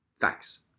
Thanks